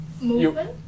Movement